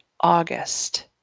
August